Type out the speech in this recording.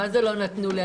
מה זה לא נתנו לי?